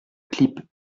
clip